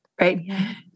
right